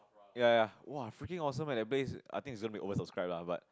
ya ya !wah! freaking awesome leh the place I think it's going to be over subscribe lah but